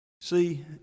See